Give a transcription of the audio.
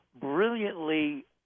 brilliantly